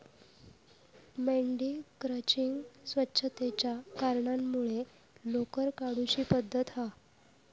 मेंढी क्रचिंग स्वच्छतेच्या कारणांमुळे लोकर काढुची पद्धत हा